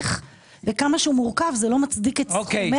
וכמה שזה מורכב זה לא מצדיק את סכומי